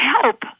help